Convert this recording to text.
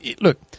look